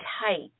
tight